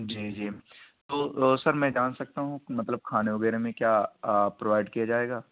جی جی تو سر میں جان سکتا ہوں مطلب کھانے وغیرہ میں کیا پرووائیڈ کیا جائے گا